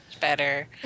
Better